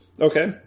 Okay